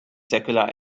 circular